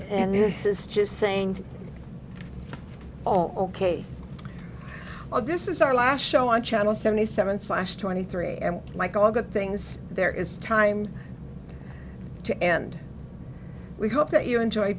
and this is just saying oh ok well this is our last show on channel seventy seven slash twenty three and like all good things there is time to and we hope that you enjoy